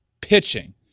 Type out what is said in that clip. pitching